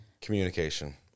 Communication